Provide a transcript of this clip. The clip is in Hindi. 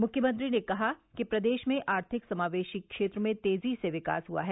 मुख्यमंत्री ने कहा कि प्रदेश में आर्थिक समावेशी क्षेत्र में तेजी से विकास हुआ है